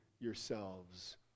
yourselves